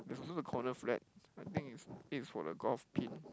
there's also the corner flag I think it's it's for the golf pit